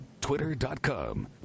twitter.com